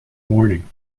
morning